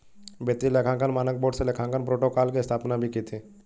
वित्तीय लेखांकन मानक बोर्ड ने लेखांकन प्रोटोकॉल की स्थापना भी की थी